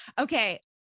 Okay